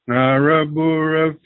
Narabura